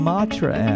Matra